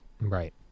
right